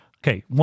Okay